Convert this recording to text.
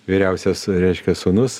vyriausias reiškia sūnus